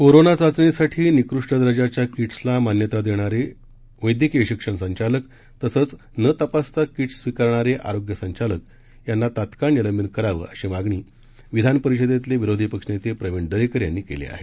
corona चाचणीसाठी निकृष्ट दर्जाच्या किटसला मान्यता देणाऱ्या वैद्यकीय शिक्षण संचालकांवर तसंच न तपासता किटस् स्विकारणाऱ्या आरोग्य संचालकांवर तात्काळ निलंबनाची कारवाई करायची मागणी विधान परिषदेतले विरोधी पक्षनेते प्रवीण दरेकर यांनी केली आहे